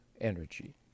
energy